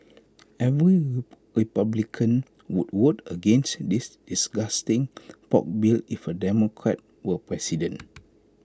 every republican would vote against this disgusting pork bill if A Democrat were president